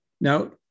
Now